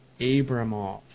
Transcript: Abramoff